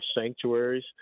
sanctuaries